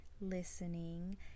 listening